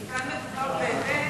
כי כאן מדובר באמת